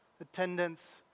attendance